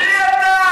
מי אתה?